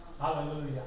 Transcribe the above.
Hallelujah